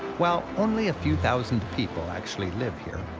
while only a few thousand people actually live here,